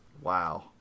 wow